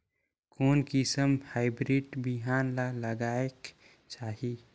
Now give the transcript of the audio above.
कोन किसम हाईब्रिड बिहान ला लगायेक चाही?